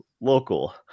local